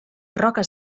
roques